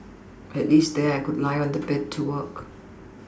at least there I could lie on the bed to work